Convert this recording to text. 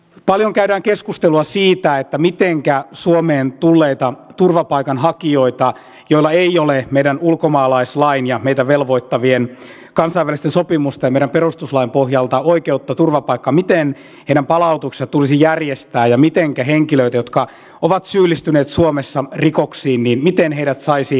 paljon käydään keskustelua siitä mitenkä suomeen tulleiden turvapaikanhakijoiden joilla ei ole meidän ulkomaalaislakimme ja meitä velvoittavien kansainvälisten sopimusten ja meidän perustuslakimme pohjalta oikeutta turvapaikkaan palautus tulisi järjestää ja mitenkä henkilöt jotka ovat syyllistyneet suomessa rikoksiin saisi pois maasta